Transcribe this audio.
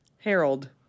Harold